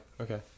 Okay